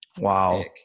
Wow